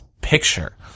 Picture